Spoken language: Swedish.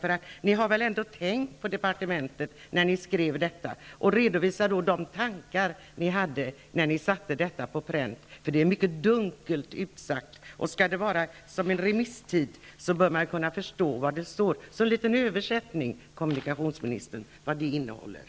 Ni på departementet måste väl ändå ha tänkt efter innan ni skrev denna promemoria och satte era tankar på pränt. Det hela är mycket dunkelt uttryckt. Vid en remissomgång borde ju de som läser promemorian kunna förstå vad som står i den. Jag efterlyser en översättning av innehållet, kommunikationsministern.